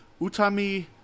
Utami